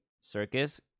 circus